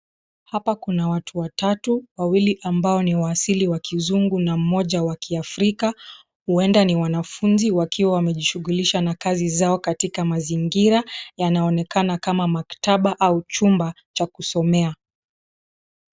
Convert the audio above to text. Hapa kuna watu watatu, wawili ambao ni wa asili ya kizungu na mmoja wa kiafrika, huenda ni wanafunzi wakiwa wamejishughulisha na kazi zao katika mazingira. Yanaonekana kama makataba au chumba cha kusomea.